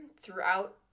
throughout